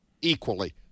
equally